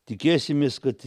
tikėsimės kad